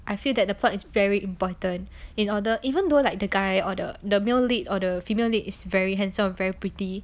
I feel that the plot is very important in order even though like the guy or the the male lead or the female lead is very handsome very pretty